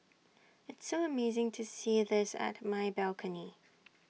it's so amazing to see this at my balcony